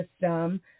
system